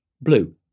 blue